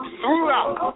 throughout